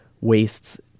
wastes